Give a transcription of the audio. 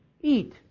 eat